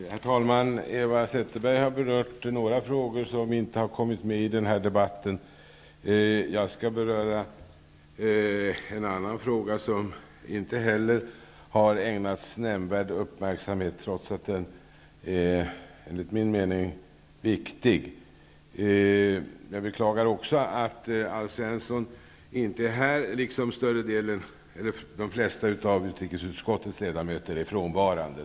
Herr talman! Eva Zetterberg har berört några frågor som inte har kommit med i den här debatten tidigare. Jag skall beröra en annan fråga som inte heller har ägnats nämnvärd uppmärksamhet, trots att den enligt min mening är viktig. Också jag beklagar att Alf Svensson inte är här i kammaren liksom att de flesta av utrikesutskottets ledamöter är frånvarande.